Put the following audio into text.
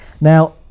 Now